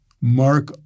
mark